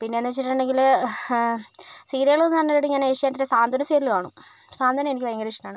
പിന്നെന്നു വെച്ചിട്ടുണ്ടെങ്കില് സീരിയല് എന്ന് പറഞ്ഞിട്ട് ഞാൻ ഏഷ്യാനെറ്റിൻ്റെ സാന്ത്വനം സീരിയല് കാണും സാന്ത്വനം എനിക്ക് ഭയങ്കര ഇഷ്ട്ടമാണ്